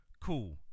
cool